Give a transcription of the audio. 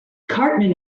cartman